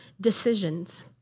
decisions